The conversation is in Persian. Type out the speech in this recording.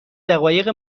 دقایق